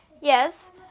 yes